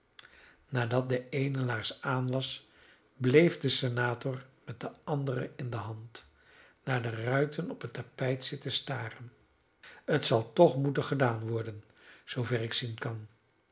nadat de eene laars aan was bleef de senator met de andere in de hand naar de ruiten op het tapijt zitten staren het zal toch moeten gedaan worden zoover ik zien kan